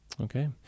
Okay